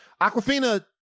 Aquafina